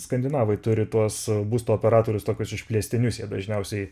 skandinavai turi tuos būsto operatorius tokius išplėstinius jie dažniausiai